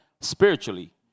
spiritually